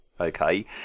okay